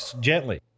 gently